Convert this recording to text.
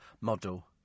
Model